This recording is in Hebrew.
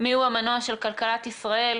מיהו המנוע של כלכלת ישראל,